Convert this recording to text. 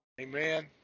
Amen